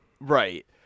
right